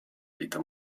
vita